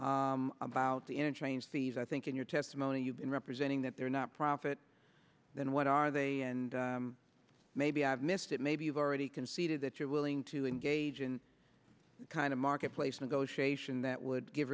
about the interchange fees i think in your testimony you've been representing that they're not profit then what are they and maybe i've missed it maybe you've already conceded that you're willing to engage in kind of marketplace negotiation that would give